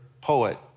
poet